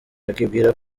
akibwira